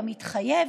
כמתחייב,